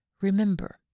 Remember